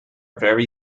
very